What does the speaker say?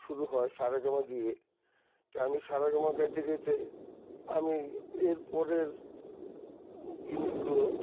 শুরু হয় সারাগামা দিয়ে তো আমি সারাগামা গাইতে গাইতে আমি এর পরের জিনিসগুলো